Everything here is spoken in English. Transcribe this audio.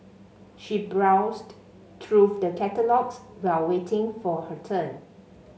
she browsed through the catalogues while waiting for her turn